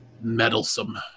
meddlesome